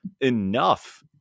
enough